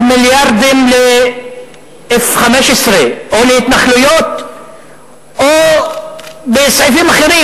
על מיליארדים ל-15-F או להתנחלויות או בסעיפים אחרים,